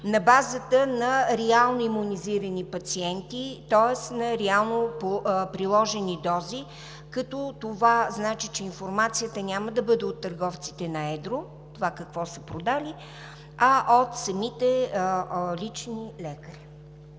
на базата на реално имунизирани пациенти. Тоест на реално приложени дози, като това значи, че информацията няма да бъде от търговците на едро – какво са продали, а от самите лични лекари.